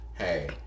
Hey